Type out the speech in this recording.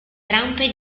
rampe